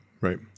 Right